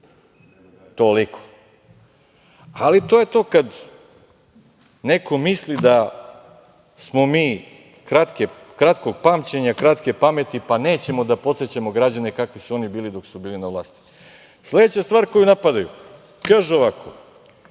otprilike. Ali, to je to kad neko misli da smo mi kratkog pamćenja, kratke pameti, pa nećemo da podsećamo građane kakvi su oni bili dok su bili na vlasti. Sledeća stvar koju napadaju, kažu ovako